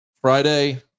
Friday